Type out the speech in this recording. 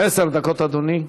עשר דקות, אדוני.